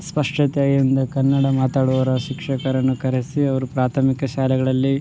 ಸ್ಪಷ್ಷತೆಯಿಂದ ಕನ್ನಡ ಮಾತಾಡೋರ ಶಿಕ್ಷಕರನ್ನು ಕರೆಸಿ ಅವ್ರು ಪ್ರಾಥಮಿಕ ಶಾಲೆಗಳಲ್ಲಿ